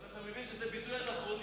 אבל אתה מבין שזה ביטוי אנכרוניסטי.